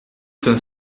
saint